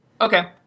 Okay